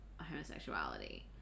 homosexuality